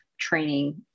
training